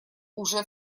уже